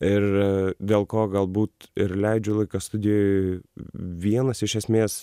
ir dėl ko galbūt ir leidžiu laiką studijoj vienas iš esmės